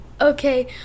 Okay